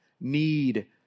need